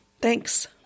Thanks